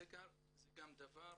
זה גם דבר